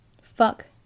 Fuck